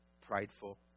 prideful